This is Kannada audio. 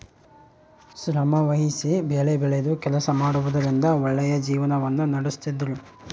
ಶ್ರಮವಹಿಸಿ ಬೆಳೆಬೆಳೆದು ಕೆಲಸ ಮಾಡುವುದರಿಂದ ಒಳ್ಳೆಯ ಜೀವನವನ್ನ ನಡಿಸ್ತಿದ್ರು